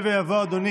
ומשפט.